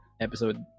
episode